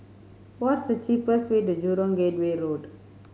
what's the cheapest way to Jurong Gateway Road